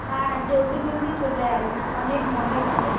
হ্যাঁ জলদি জলদি চলে আয় অনেক মজা হবে